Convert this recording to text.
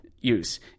Use